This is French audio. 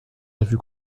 revue